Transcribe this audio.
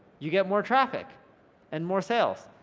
you get more traffic and more sales.